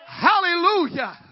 Hallelujah